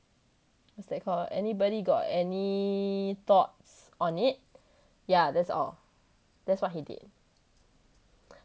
what's that called anybody got any thoughts on it yeah that's all that's what he did